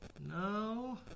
No